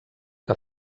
que